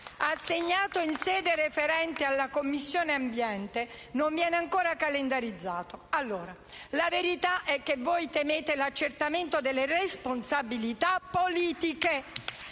assegnato in sede referente alla Commissione ambiente, non viene ancora calendarizzato. *(Applausi dal Gruppo M5S)*. La verità è che voi temete l'accertamento delle responsabilità politiche